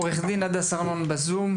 עורכת דין הדס ארנון שרעבי בזום,